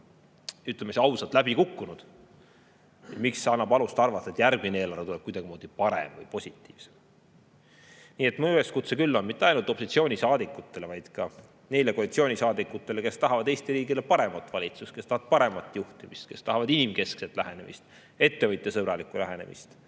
ütleme ausalt, läbi kukkunud, siis kuidas see annab alust arvata, et järgmine eelarve tuleb kuidagimoodi parem või positiivsem? Nii et minu üleskutse mitte ainult opositsioonisaadikutele, vaid ka neile koalitsioonisaadikutele, kes tahavad Eesti riigile paremat valitsust, kes tahavad paremat juhtimist, kes tahavad inimkeskset lähenemist, ettevõtjasõbralikku lähenemist,